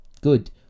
Good